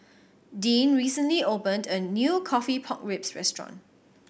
Dean recently opened a new coffee pork ribs restaurant